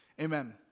Amen